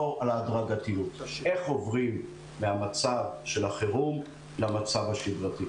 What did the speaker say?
איך עוברים למצב של החרום למצב השגרתי?